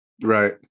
Right